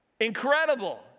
incredible